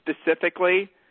specifically